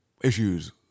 issues